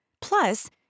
Plus